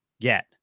get